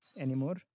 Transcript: anymore